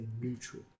neutral